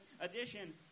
edition